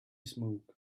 smoke